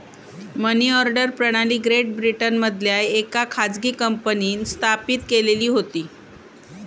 मनी order प्रणाली Great ब्रिटनमधल्या येका खाजगी कंपनींन स्थापित केलेली होती